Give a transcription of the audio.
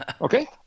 Okay